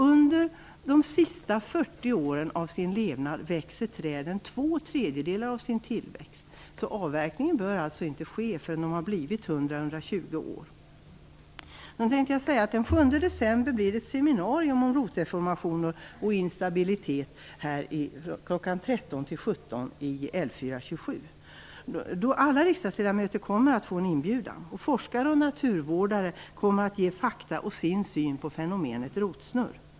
Under de sista 40 åren av sin levnad växer träden två tredjedelar av sin slutliga längd. Avverkningen bör alltså inte ske förrän de har blivit 100-120 år. Den 7 december kl. 13-17 blir det ett seminarium om rotdeformationer och instabilitet i lokalen med beteckningen L 4-27. Alla riksdagsledamöter kommer att få en inbjudan. Forskare och naturvårdare kommer att ge fakta och sin syn på fenomenet rotsnurr.